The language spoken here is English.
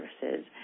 services